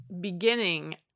beginning